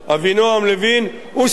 הוא סיפר לי באותה הזדמנות,